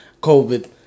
COVID